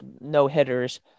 no-hitters